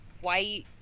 white